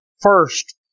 first